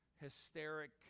hysteric